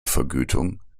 vergütung